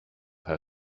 per